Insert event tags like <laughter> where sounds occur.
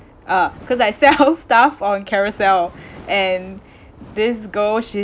uh cause I sell <laughs> stuff on carousell <breath> and <breath> this girl she